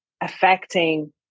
affecting